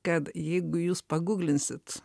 kad jeigu jūs pagūglinsit